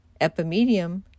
Epimedium